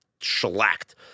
shellacked